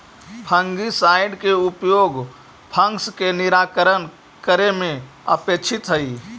fungicide के उपयोग fungus के निराकरण करे में अपेक्षित हई